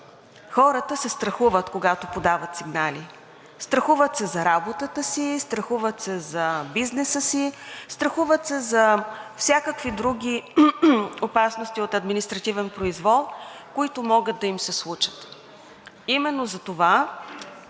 хората се страхуват, когато подават сигнали. Страхуват се за работата си, страхуват се за бизнеса си, страхуват се за всякакви други опасности от административен произвол, които могат да им се случат.